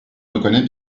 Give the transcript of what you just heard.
reconnais